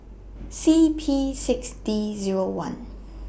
C P six D Zero one